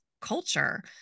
culture